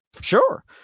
sure